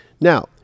Now